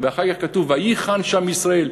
ואחר כך כתוב: "ויחן שם ישראל".